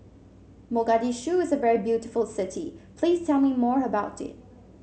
Mogadishu is a very beautiful city please tell me more about it